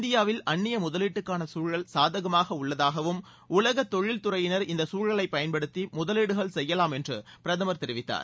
இந்தியாவில் அன்னிய முதலீடுக்கான சூழல் சாதகமாக உள்ளதாகவும் உலக தொழில் துறையினர் இந்த சூழலை பயன்படுத்தி முதலீடுகள் செய்யலாம் என்று பிரதமர் தெரிவித்தார்